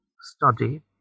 study